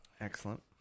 Excellent